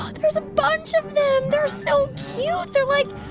ah there's a bunch of them. they're so cute. they're, like,